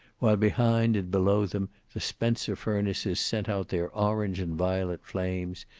while behind and below them the spencer furnaces sent out their orange and violet flames,